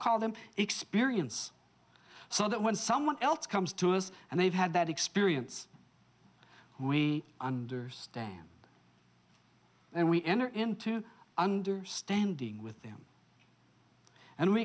call them experience so that when someone else comes to us and they've had that experience we understand and we enter into understanding with them and we